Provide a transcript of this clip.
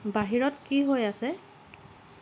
বাহিৰত কি হৈ আছে